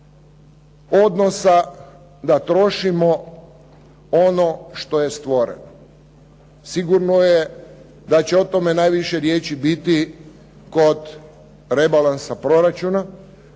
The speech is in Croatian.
odnosa da trošimo ono što je stvoreno. Sigurno je da će o tome najviše riječi biti kod rebalansa proračuna,